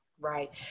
Right